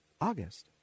August